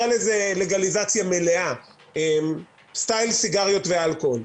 לגליזציה מלאה סטייל סיגריות ואלכוהול,